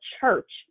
church